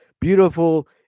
beautiful